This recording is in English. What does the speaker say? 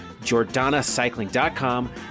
jordanacycling.com